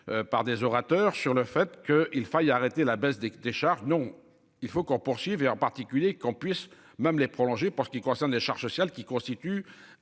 Par des orateurs sur le fait que il faille arrêter la baisse des charges. Non il faut qu'on poursuive et en particulier qu'on puisse même les prolonger. Pour ce qui concerne les charges sociales qui constitue